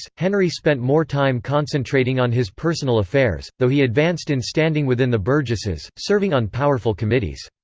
henry spent more time concentrating on his personal affairs, though he advanced in standing within the burgesses, serving on powerful committees.